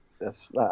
Yes